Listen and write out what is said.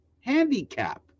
handicap